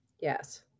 Yes